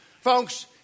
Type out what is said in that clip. Folks